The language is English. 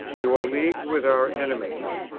you are leagued with our enemies.